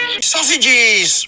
Sausages